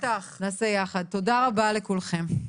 תודה רבה לכולכם.